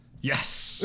Yes